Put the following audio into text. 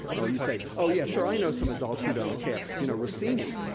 oh, you say, oh, yeah, sure, i know some adults who don't care. you know, rossini,